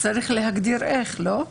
צריך להגדיר איך מותר לו.